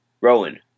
Rowan